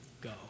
go